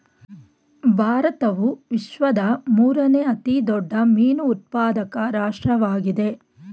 ಭಾರತವು ವಿಶ್ವದ ಮೂರನೇ ಅತಿ ದೊಡ್ಡ ಮೀನು ಉತ್ಪಾದಕ ರಾಷ್ಟ್ರವಾಗಿದೆ